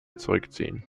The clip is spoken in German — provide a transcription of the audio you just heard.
zurückziehen